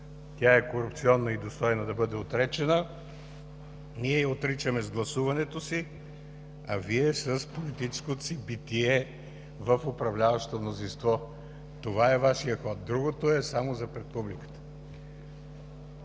тя е корупционна и достойна да бъде отречена. Ние я отричаме с гласуването си, а Вие – с политическото си битие в управляващото мнозинство. Това е Вашият ход, другото е само за пред публиката.